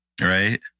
right